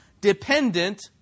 dependent